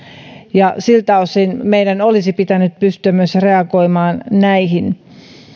ja siltä osin meidän olisi pitänyt pystyä myös reagoimaan näihin